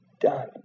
done